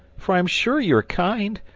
for i am sure you are kind.